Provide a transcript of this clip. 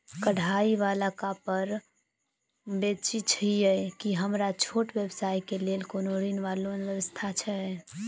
कढ़ाई वला कापड़ बेचै छीयै की हमरा छोट व्यवसाय केँ लेल कोनो ऋण वा लोन व्यवस्था छै?